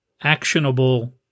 actionable